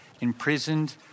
imprisoned